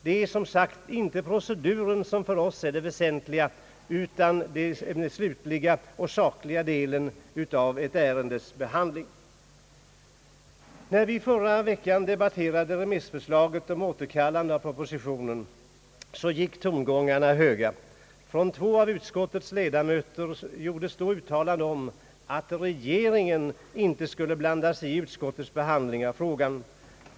Det är som sagt inte proceduren som för oss är det väsentliga, utan den slutliga och sakliga delen av ett ärendes behandling. När vi förra veckan debatterade remissförslaget om återkallande av propositionen gick tongångarna höga. Från två av utskottets ledamöter gjordes då uttalande om att regeringen inte skulle blanda sig i utskottets behandling av frågan.